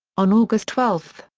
on august twelve,